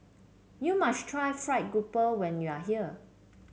you must try fried grouper when you are here